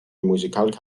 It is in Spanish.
musical